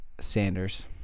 Sanders